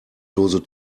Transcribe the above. dose